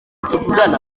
tuvugana